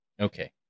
Okay